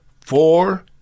four